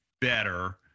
better